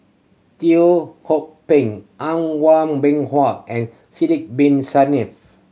Teo Ho Pin An Bin Haw and Sidek Bin Saniff